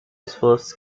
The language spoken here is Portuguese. esforços